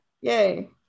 Yay